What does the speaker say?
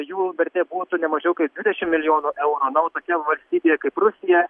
jų vertė būtų nemažiau kaip dvidešim milijonų eurų na o tokioje valstybėje kaip rusija